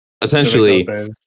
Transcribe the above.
essentially